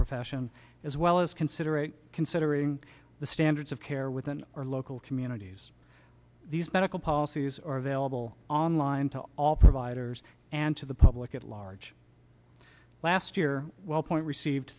profession as well as consider a considering the standards of care within our local communities these medical policies are available online to all providers and to the public at large last year while point received